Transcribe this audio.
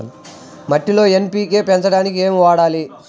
మట్టిలో ఎన్.పీ.కే పెంచడానికి ఏమి వాడాలి?